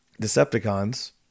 Decepticons